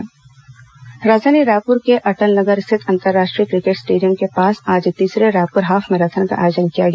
half marathon राजधानी रायपुर के अटलनगर स्थित अंतराष्ट्रीय क्रिकेट स्टेडियम के पास आज तीसरे रायपुर हाफ मैराथन का आयोजन किया गया